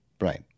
Right